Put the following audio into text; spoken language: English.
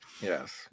yes